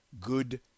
Good